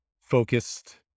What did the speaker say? focused